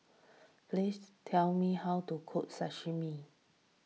please tell me how to cook Sashimi